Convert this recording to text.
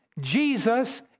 Jesus